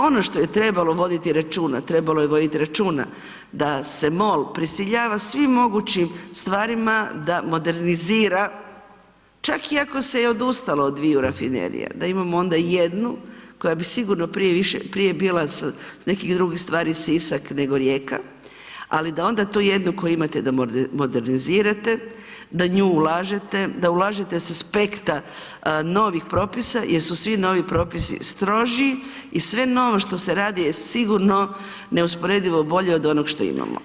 Ono što je trebalo voditi računa, trebalo je voditi računa da se MOL prisiljava svim mogućim stvarima da modernizira, čak ako se je i odustalo od dviju rafinerija da imamo onda jednu koja bi sigurno prije bila s nekih drugih stvari Sisak nego Rijeka, ali da onda tu jednu koju imate da modernizirate, da u nju ulažete, da ulažete sa aspekta novih propisa jer su svi novi propisi stroži i sve novo što se radi je sigurno neusporedivo bolje od onog što imamo.